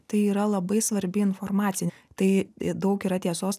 tai yra labai svarbi informacija tai daug yra tiesos